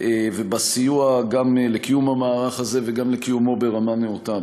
ובסיוע גם לקיום המערך הזה וגם לקיומו ברמה נאותה.